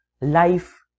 Life